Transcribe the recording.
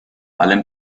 allem